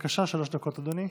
בבקשה, שלוש דקות, אדוני.